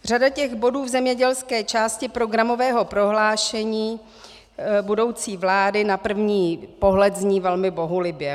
Řada bodů v zemědělské části programového prohlášení budoucí vlády na první pohled zní velmi bohulibě.